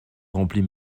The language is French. remplit